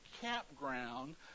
campground